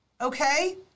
Okay